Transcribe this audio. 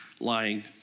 Lying